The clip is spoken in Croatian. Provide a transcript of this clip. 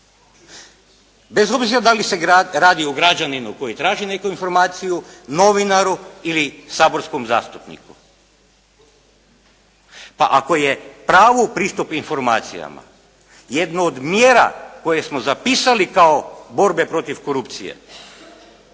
Bez obzira da li se radi o građaninu koji traži neku informaciju, novinaru ili saborskom zastupniku. Pa ako je pravo pristupa informacijama jedno od mjera koje smo zapisali kao borbu protiv korupcije